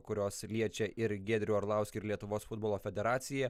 kurios liečia ir giedrių arlauskį ir lietuvos futbolo federacija